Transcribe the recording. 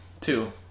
two